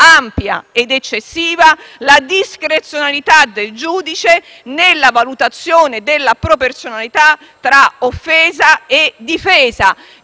ampia ed eccessiva la discrezionalità del giudice nella valutazione della proporzionalità tra offesa e difesa.